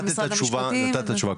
משרד המשפטים --- נתת את התשובה,